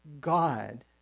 God